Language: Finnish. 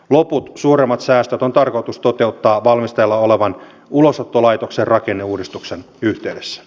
loput suuremmat säästöt on tarkoitus toteuttaa valmisteilla olevan ulosottolaitoksen rakenneuudistuksen yhteydessä